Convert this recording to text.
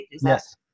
Yes